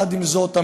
עם זאת,